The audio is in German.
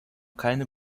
keine